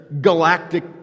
galactic